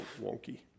Wonky